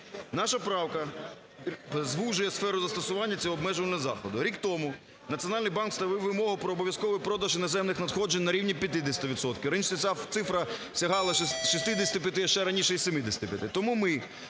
Наша правка звужує сферу застосування цього обмежувального заходу. Рік тому Національний банк ставив вимогу про обов'язковий продаж іноземних надходжень на рівні 50 відсотків, раніше ця цифра сягала 65, ще раніше і 75.